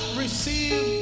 receive